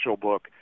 book